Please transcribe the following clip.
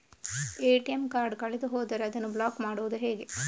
ATM card ಕಳೆದು ಹೋದರೆ ಅದನ್ನು ಬ್ಲಾಕ್ ಮಾಡುವುದು ಹೇಗೆ?